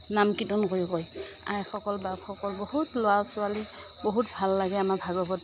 নাম কীৰ্তন কৰি গৈ আইসকল বাপসকল বহুত ল'ৰা ছোৱালী বহুত ভাল লাগে আমাৰ ভাগৱত